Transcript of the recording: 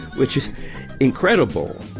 which is incredible